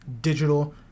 digital